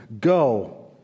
Go